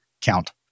count